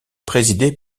présidée